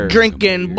Drinking